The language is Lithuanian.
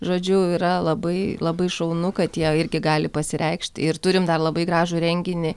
žodžiu yra labai labai šaunu kad jie irgi gali pasireikšt ir turim dar labai gražų renginį